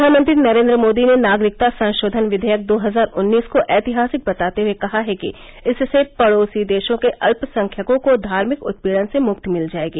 प्रधानमंत्री नरेन्द्र मोदी ने नागरिकता संशोधन विधेयक दो हजार उन्नीस को ऐतिहासिक बताते हुए कहा है कि इससे पड़ोसी देशों के अत्यसंख्यकों को धार्मिक उत्पीड़न से मुक्ति मिल जायेगी